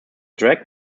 drag